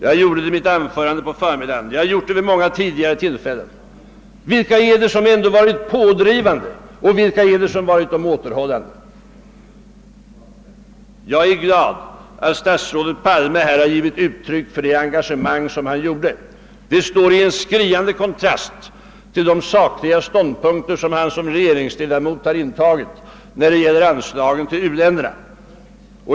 Jag gjorde det senast i mitt anförande i förmiddags, och jag har gjort det också vid många tidigare tillfällen. Vilka är det som har varit pådrivande, och vilka har varit återhållande? Jag är glad över att statsrådet Palme här har givit uttryck för sitt starka engagemang, men det står i skriande kontrast till de ståndpunkter i sakfrågor som han i egenskap av regeringsledamot har intagit när det gällt anslagen till u-länderna.